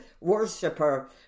worshiper